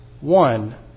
one